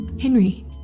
Henry